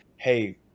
Hey